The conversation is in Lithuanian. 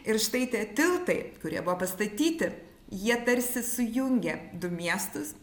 ir štai tie tiltai kurie buvo pastatyti jie tarsi sujungė du miestus